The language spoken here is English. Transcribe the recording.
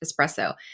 espresso